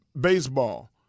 baseball